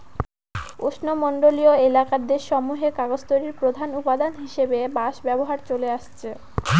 উষ্ণমন্ডলীয় এলাকার দেশসমূহে কাগজ তৈরির প্রধান উপাদান হিসাবে বাঁশ ব্যবহার চলে আসছে